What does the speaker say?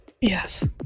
Yes